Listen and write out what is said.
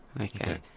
Okay